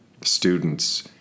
students